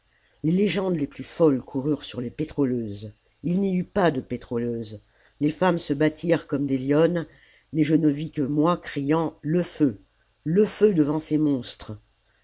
les légendes les plus folles coururent sur les pétroleuses il n'y eut pas de pétroleuses les femmes se battirent comme des lionnes mais je ne vis que moi criant le feu le feu devant ces monstres